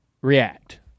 react